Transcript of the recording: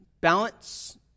balance